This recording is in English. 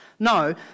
No